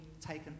taken